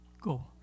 go